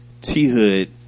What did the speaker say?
T-Hood